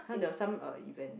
!huh! there was some um event